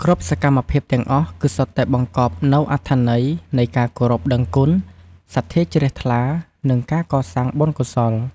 គ្រប់សកម្មភាពទាំងអស់ គឺសុទ្ធតែបង្កប់នូវអត្ថន័យនៃការគោរពដឹងគុណ សទ្ធាជ្រះថ្លា និងការកសាងបុណ្យកុសល។